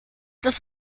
das